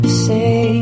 say